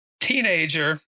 teenager